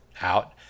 out